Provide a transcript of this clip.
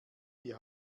die